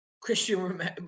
Christian